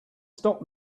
stop